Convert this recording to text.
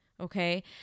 Okay